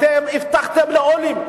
אתם הבטחתם לעולים,